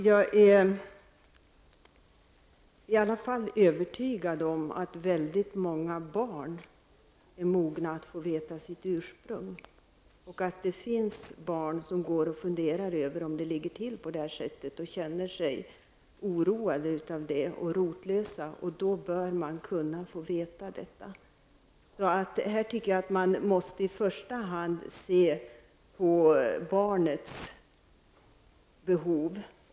Herr talman! Jag är i alla fall övertygad om att många barn är mogna att få veta sitt ursprung och att det finns barn som går och funderar över hur det ligger till och känner sig oroade och rotlösa. Man bör få kunna veta sitt ursprung. Jag tycker att man i första hand bör se till barnets behov.